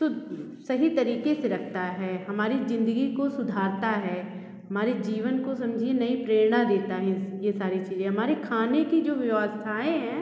शुद्ध सही तरीक़े से रखता है हमारी ज़िंदगी को सुधारता है हमारे जीवन को समझिए नई प्रेरणा देता है ये सारी चीज़े हमारे खाने की जो वयवस्थाएँ हैं